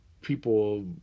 people